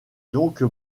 donc